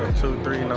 two three, you know